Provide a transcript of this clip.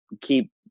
keep